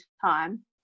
time